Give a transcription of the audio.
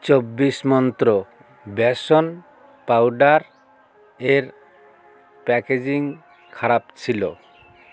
চব্বিশ মন্ত্র বেসন পাউডার এর প্যাকেজিং খারাপ ছিলো